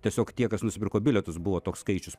tiesiog tie kas nusipirko bilietus buvo toks skaičius